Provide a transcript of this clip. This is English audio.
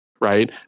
Right